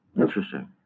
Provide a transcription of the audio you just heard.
Interesting